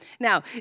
Now